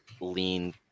lean